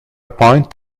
point